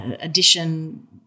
addition